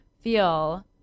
feel